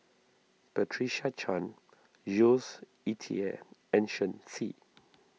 Patricia Chan Jules Itier and Shen Xi